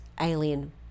Alien